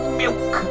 milk